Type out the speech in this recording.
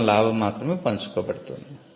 కేవలం లాభం మాత్రమే పంచుకోబడుతుంది